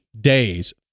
days